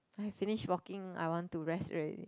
I finish walking I want to rest already